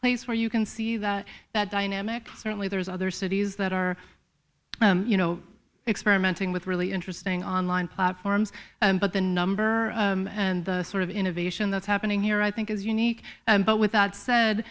place where you can see that that dynamic certainly there's other cities that are you know experimenting with really interesting online platforms but the number and sort of innovation that's happening here i think is unique but with that said